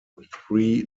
three